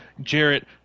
Jarrett